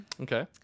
Okay